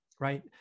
right